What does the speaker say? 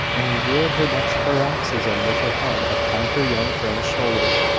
and endured her next paroxysm with her head upon her young friend's shoulder.